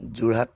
Jorhat